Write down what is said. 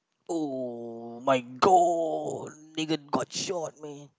oh my god got short man